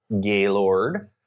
Gaylord